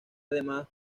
además